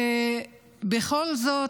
ובכל זאת